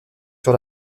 sur